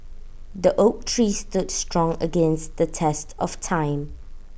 the oak tree stood strong against the test of time